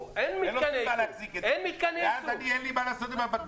אין לו בשביל מה להחזיק את זה.